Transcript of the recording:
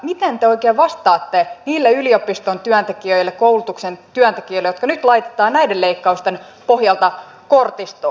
miten te oikein vastaatte niille yliopiston työntekijöille koulutuksen työntekijöille jotka nyt laitetaan näiden leikkausten pohjalta kortistoon